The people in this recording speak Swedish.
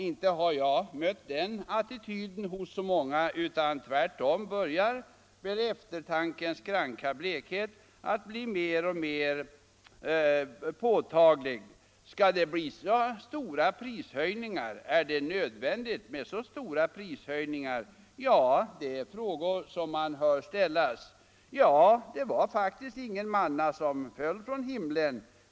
Inte har jag mött den attityden hos många, utan tvärtom börjar eftertankens kranka blekhet att bli mer och mer påtaglig. Är det nödvändigt med så stora prishöjningar? Det är en fråga som man hör ställas. Ja, det var faktiskt ingen manna som föll från himlen.